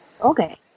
Okay